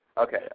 Okay